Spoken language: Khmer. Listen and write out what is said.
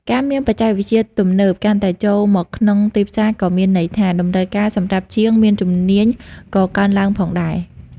ការមានបច្ចេកវិទ្យាទំនើបកាន់តែចូលមកក្នុងទីផ្សារក៏មានន័យថា តម្រូវការសម្រាប់ជាងមានជំនាញក៏កើនឡើងផងដែរ។